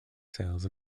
sales